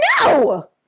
no